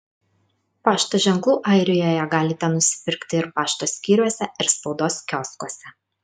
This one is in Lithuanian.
pašto ženklų airijoje galite nusipirkti ir pašto skyriuose ir spaudos kioskuose